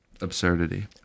absurdity